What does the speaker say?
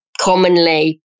commonly